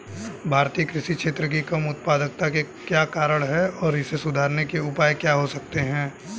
भारतीय कृषि क्षेत्र की कम उत्पादकता के क्या कारण हैं और इसे सुधारने के उपाय क्या हो सकते हैं?